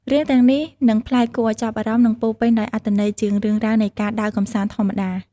រឿងទាំងនេះនឹងប្លែក គួរឱ្យចាប់អារម្មណ៍ និងពោរពេញដោយអត្ថន័យជាងរឿងរ៉ាវនៃការដើរកម្សាន្តធម្មតា។